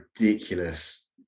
ridiculous